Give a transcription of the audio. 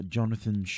Jonathan